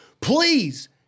please